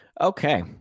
Okay